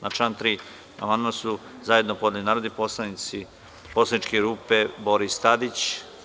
Na član 3. amandman su zajedno podneli narodni poslanici poslaničke grupe Boris Tadić.